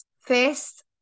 first